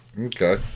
Okay